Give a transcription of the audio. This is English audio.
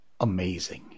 Amazing